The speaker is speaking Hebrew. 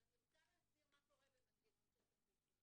אבל אני רוצה להסביר מה קורה במנגנון של התמריצים.